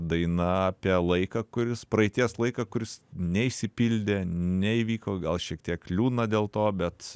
daina apie laiką kuris praeities laiką kuris neišsipildė neįvyko gal šiek tiek liūdna dėl to bet